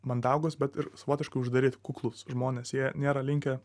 mandagūs bet ir savotiškai uždaryti kuklūs žmonės jie nėra linkę